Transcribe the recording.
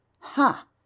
Ha